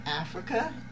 Africa